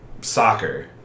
soccer